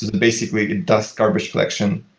the basic way it does garbage collection,